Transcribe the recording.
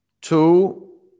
two